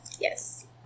Yes